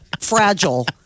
fragile